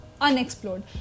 unexplored